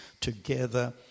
together